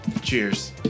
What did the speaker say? Cheers